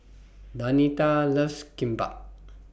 Danita loves Kimbap